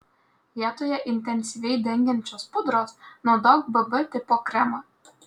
vietoje intensyviai dengiančios pudros naudok bb tipo kremą